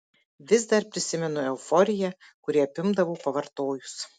vis dar prisimenu euforiją kuri apimdavo pavartojus